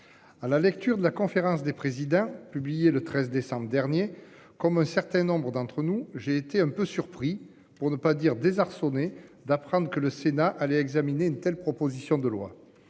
À la lecture de la conférence des présidents. Publié le 13 décembre dernier, comme un certain nombres d'entre nous, j'ai été un peu surpris pour ne pas dire désarçonné d'apprendre que le Sénat allait examiner une telle proposition de loi.